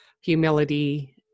humility